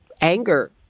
anger